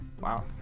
Wow